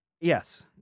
Yes